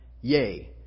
yay